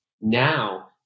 Now